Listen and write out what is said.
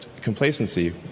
complacency